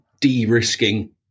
de-risking